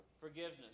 forgiveness